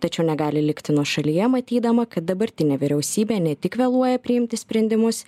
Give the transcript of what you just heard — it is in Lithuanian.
tačiau negali likti nuošalyje matydama kad dabartinė vyriausybė ne tik vėluoja priimti sprendimus